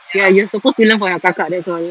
ya you're supposed to learn from your kakak that's all